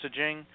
messaging